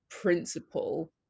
principle